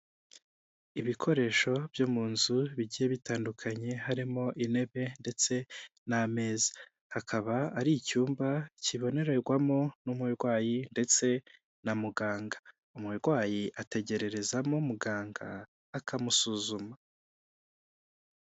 Ibikoresho byo mu nzu bigiye bitandukanye harimo intebe ndetse n'ameza, hakaba ari icyumba kibonererwamo n'umurwayi ndetse na muganga, umurwayi ategererezamo muganga akamusuzuma.